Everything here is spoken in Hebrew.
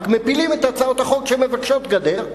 רק מפילים את הצעות החוק שמבקשות גדר.